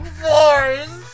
force